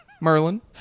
Merlin